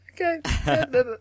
okay